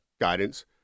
guidance